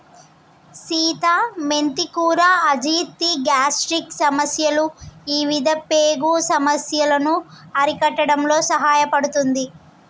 సీత మెంతి కూర అజీర్తి, గ్యాస్ట్రిక్ సమస్యలు ఇవిధ పేగు సమస్యలను అరికట్టడంలో సహాయపడుతుంది